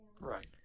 Right